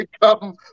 Come